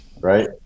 Right